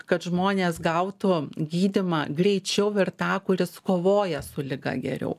kad žmonės gautų gydymą greičiau ir tą kuris kovoja su liga geriau